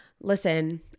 listen